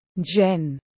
Jen